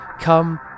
come